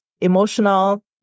emotional